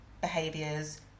behaviors